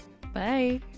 bye